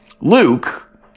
Luke